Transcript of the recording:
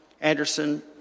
Anderson